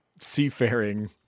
seafaring